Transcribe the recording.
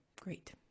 great